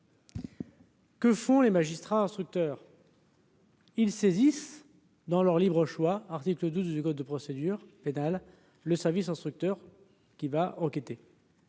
Que font les magistrats instructeurs. Ils saisissent dans leur libre choix, article 12 du code de procédure pénale, le service instructeur qui va enquêter.